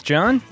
John